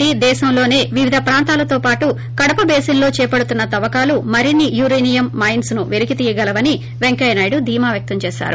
D దేశంలోనే వివిధ ప్రాంతాలతో పాటు కడప బేసిన్లో చేపడుతున్న తవ్వకాలు మరిన్సి యురేనియం మైన్స్ ను పెలికి తీయగలవని పెంకయ్య నాయుడు ధీమా వ్యక్తం చేశారు